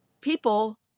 People